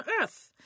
earth